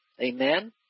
Amen